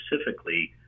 specifically